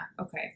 okay